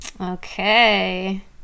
okay